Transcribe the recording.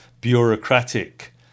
bureaucratic